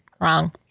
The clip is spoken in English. Wrong